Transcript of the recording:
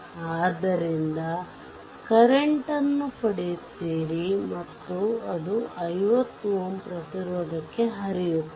ಆದ್ದರಿಂದ ಕರೆಂಟ್ ನ್ನು ಪಡೆಯುತ್ತೀರಿ ಮತ್ತು ಅದು 50 Ω ಪ್ರತಿರೋಧಕ್ಕೆ ಹರಿಯುತ್ತದೆ